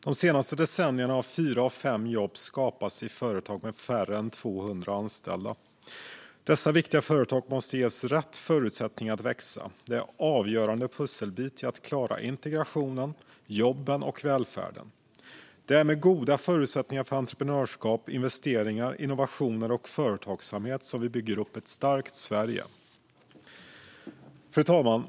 De senaste decennierna har fyra av fem nya jobb skapats i företag med färre än 200 anställda. Dessa viktiga företag måste ges rätt förutsättningar att växa. Det är en avgörande pusselbit i att klara integrationen, jobben och välfärden. Det är med goda förutsättningar för entreprenörskap, investeringar, innovationer och företagsamhet som vi bygger upp ett starkt Sverige. Fru talman!